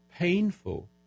painful